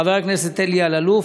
חבר הכנסת אלי אלאלוף,